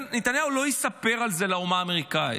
נתניהו לא יספר על זה לאומה האמריקאית.